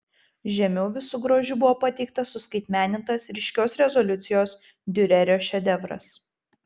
žemiau visu grožiu buvo pateiktas suskaitmenintas ryškios rezoliucijos diurerio šedevras